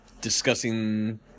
discussing